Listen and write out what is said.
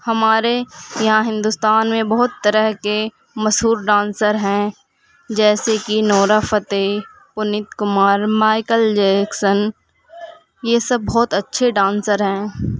ہمارے یہاں ہندوستان میں بہت طرح کے مشہور ڈانسر ہیں جیسے کہ Nora Fatehi Puneet Kumar Michael Jackson یہ سب بہت اچھے ڈانسر ہیں